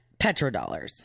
petrodollars